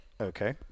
Okay